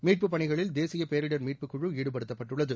மீட்பு பணிகளில் தேசிய பேரிடர் மீட்புக்குழு ஈடுபடுத்தப்பட்டுள்ளது